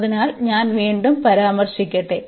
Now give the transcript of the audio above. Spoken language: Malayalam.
അതിനാൽ ഞാൻ വീണ്ടും പരാമർശിക്കട്ടെ